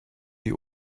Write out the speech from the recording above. die